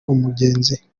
umugenzi